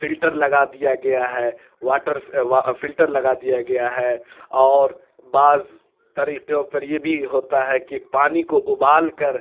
filter لگا دیا گیا ہے واٹر فلٹر لگا دیا گیا ہے اور بعض طریقوں پر یہ بھی ہوتا ہے کہ پانی کو ابال کر